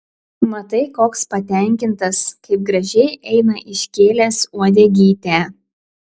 matai koks patenkintas kaip gražiai eina iškėlęs uodegytę